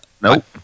nope